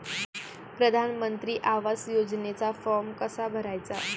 प्रधानमंत्री आवास योजनेचा फॉर्म कसा भरायचा?